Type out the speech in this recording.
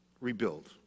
rebuild